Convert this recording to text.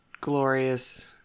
glorious